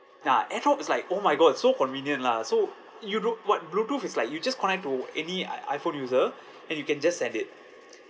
nah airdrop is like oh my god so convenient lah so you do~ what bluetooth is like you just connect to any i~ iphone user and you can just send it